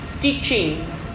teaching